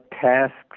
tasks